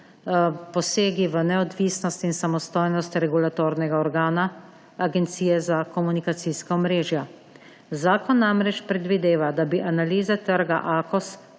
posegi v neodvisnost in samostojnost regulatornega organa, Agencije za komunikacijska omrežja. Zakon namreč predvideva, da bi analize trga Akos